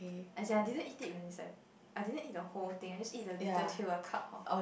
as in I didn't eat it when it's like I didn't eat the whole thing I just eat the little tail I just cut off